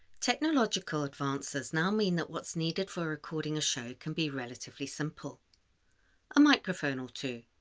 technological advances now mean that what's needed for recording a show can be relatively simple a microphone or two,